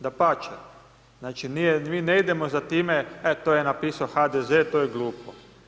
Dapače, znači mi ne idemo za time e to je napisao HDZ to je glupo.